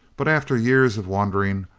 but after years of wandering,